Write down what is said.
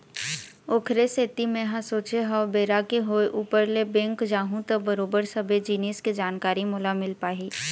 ओखरे सेती मेंहा सोचे हव बेरा के होय ऊपर ले बेंक जाहूँ त बरोबर सबे जिनिस के जानकारी मोला मिल पाही